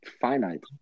finite